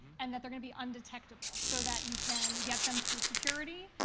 and that they're gonna be un-detectable so that you can get them through security.